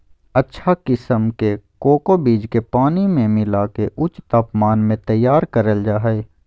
अच्छा किसम के कोको बीज के पानी मे मिला के ऊंच तापमान मे तैयार करल जा हय